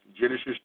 Genesis